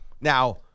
Now